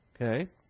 Okay